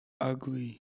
ugly